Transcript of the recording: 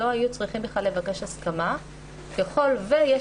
לא יהיו צריכים בכלל לבקש הסכמה ככל שיש